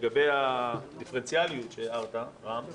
לגבי הדיפרנציאליות, שעליה רם העיר.